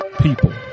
people